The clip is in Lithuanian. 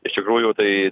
iš tikrųjų tai